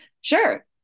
sure